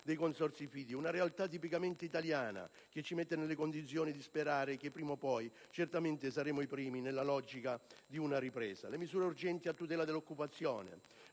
dei consorzi fidi, una realtà tipicamente italiana, che ci mette nelle condizioni di sperare che prima o poi saremo i primi nella logica di una ripresa. Si annoverano inoltre misure urgenti a tutela dell'occupazione: